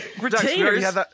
Retainers